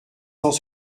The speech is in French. cent